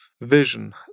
vision